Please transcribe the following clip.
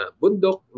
bundok